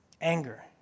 anger